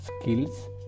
skills